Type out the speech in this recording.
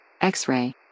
X-ray